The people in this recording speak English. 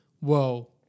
whoa